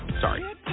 Sorry